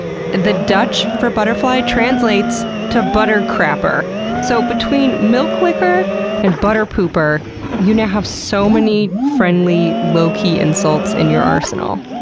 the dutch for butterfly translates to butter crapper so between milk-licker and butter pooper you now have so many friendly, low key insults in your arsenal.